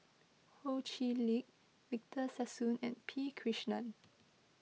Ho Chee Lick Victor Sassoon and P Krishnan